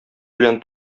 белән